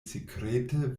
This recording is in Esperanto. sekrete